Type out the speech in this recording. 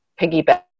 piggyback